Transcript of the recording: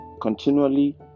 continually